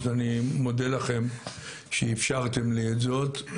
אז אני מודה לכם שאפשרתם לי את זאת,